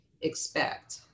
expect